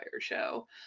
show